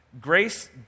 grace